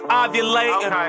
ovulating